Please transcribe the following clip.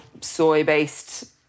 soy-based